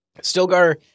Stilgar